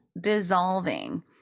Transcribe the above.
dissolving